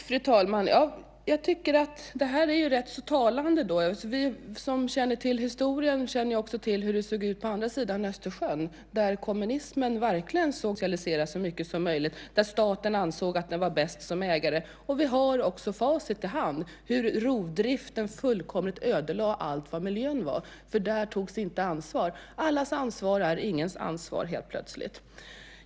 Fru talman! Jag tycker att det är ganska talande. Vi som känner till historien känner också till hur det såg ut på andra sidan Östersjön där kommunismen såg till att socialisera så mycket som möjligt och staten ansåg att man var bäst som ägare. Vi har också facit i hand på hur rovdriften fullkomligt ödelade allt vad miljö heter. Där togs nämligen inte ansvar. Allas ansvar var helt plötsligt ingens ansvar.